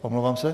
Omlouvám se...